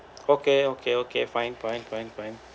okay okay okay fine fine fine fine